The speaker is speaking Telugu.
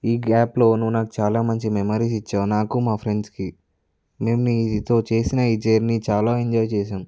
ఈ గ్యాప్లో నువ్వు నాకు చాలా మంచి మెమరీస్ ఇచ్చావు నాకు మా ఫ్రెండ్స్కి మేము నీతో చేసిన ఈ జర్నీ చాలా ఎంజాయ్ చేశాం